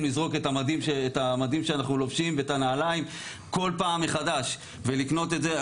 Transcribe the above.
לזרוק את המדים שאנחנו לובשים ואת הנעליים כל פעם מחדש ולקנות את זה,